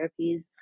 therapies